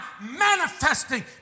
manifesting